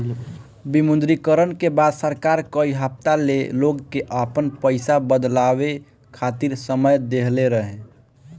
विमुद्रीकरण के बाद सरकार कई हफ्ता ले लोग के आपन पईसा बदलवावे खातिर समय देहले रहे